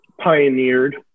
pioneered